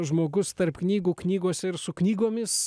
žmogus tarp knygų knygose ir su knygomis